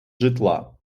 житла